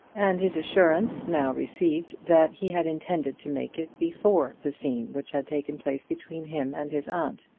and his assurance now received that he had intended to make it before the scene which had taken place between him and his aunt.